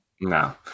No